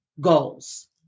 goals